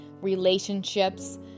relationships